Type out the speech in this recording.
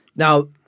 Now